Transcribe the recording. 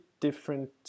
different